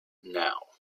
now